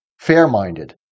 fair-minded